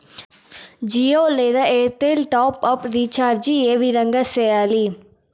జియో లేదా Airtel top up recharge ఏ విధంగా సేయాలి